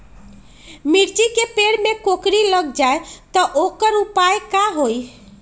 मिर्ची के पेड़ में कोकरी लग जाये त वोकर उपाय का होई?